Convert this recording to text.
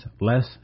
less